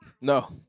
No